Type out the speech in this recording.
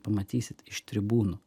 pamatysit iš tribūnų